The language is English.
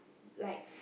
like